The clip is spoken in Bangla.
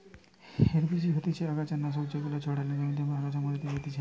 হেরবিসিডি হতিছে অগাছা নাশক যেগুলা ছড়ালে জমিতে আগাছা মরি যাতিছে